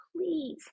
please